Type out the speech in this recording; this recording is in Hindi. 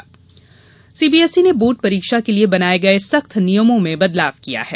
सीबीएसई सीबीएसई ने बोर्ड परीक्षा के लिये बनाये सख्त नियमों में बदलाव किया है